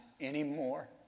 anymore